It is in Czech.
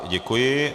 Děkuji.